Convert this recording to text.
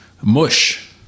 mush